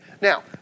Now